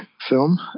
film